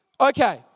Okay